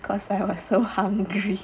cause I was so hungry